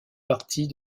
partie